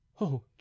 Oh